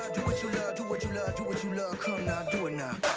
what you love do what you love do what you love, do it now